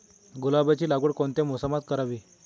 गुलाबाची लागवड कोणत्या मोसमात करावी?